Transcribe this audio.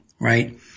right